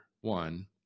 one